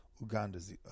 Uganda's